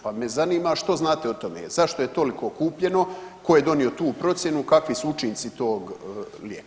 Pa me zanima što znate o tome zašto je toliko kupljeno, tko je donio tu procjenu, kakvi su učinci tog lijeka?